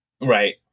Right